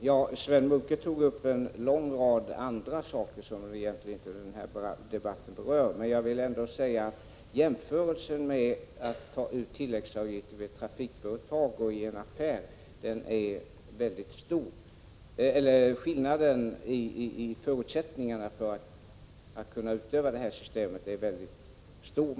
Herr talman! Sven Munke tog upp en rad frågor som egentligen inte har att göra med denna debatt. Låt mig ändå med anledning av jämförelsen mellan ett trafikföretags uttag av tilläggsavgifter och uttag av snatteriavgifter i en affär säga att skillnaderna i förutsättningar för avgiftsuttag på dessa områden är mycket stora.